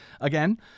again